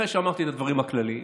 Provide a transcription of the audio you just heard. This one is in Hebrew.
אחרי שאמרתי את הדברים הכלליים